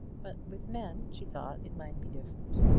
but with men she thought it might be different.